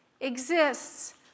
exists